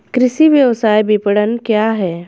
कृषि व्यवसाय विपणन क्या है?